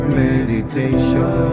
meditation